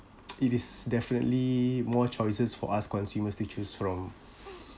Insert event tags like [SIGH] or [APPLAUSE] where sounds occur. [NOISE] it is definitely more choices for us consumers to choose from